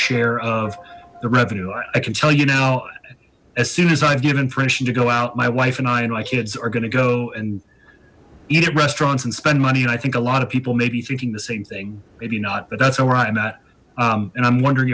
share of the revenue i can tell you now as soon as i've given permission to go out my wife and i and my kids are gonna go and eat at restaurants and spend money and i think a lot of people may be thinking the same thing maybe not but that's how where i'm at and i'm wondering